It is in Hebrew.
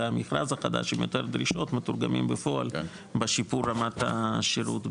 והמכרז החדש עם יותר דרישות - מתורגמים בפועל בשיפור רמת השירות בשטח.